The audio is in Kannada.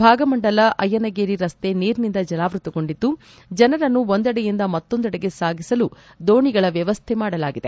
ಭಾಗಮಂಡಲ ಅಯ್ಯನಗೇರಿ ರಸ್ತೆ ನೀರಿನಿಂದ ಜಲಾವೃಗೊಂಡಿದ್ದು ಜನರನ್ನು ಒಂದೆಡೆಯಿಂದ ಮತ್ತೊಂದೆಡೆಗೆ ಸಾಗಿಸಲು ದೋಣಿಗಳ ವ್ಯವಸ್ಥೆ ಮಾಡಲಾಗಿದೆ